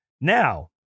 Now